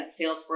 Salesforce